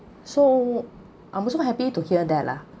so I'm also happy to hear that lah